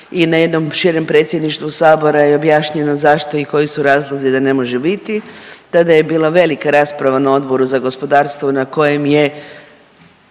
i na jednom širem predsjedništvu sabora je objašnjeno zašto i koji su razlozi da ne može biti, tada je bila velika rasprava na Odboru za gospodarstvo na kojem je,